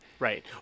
Right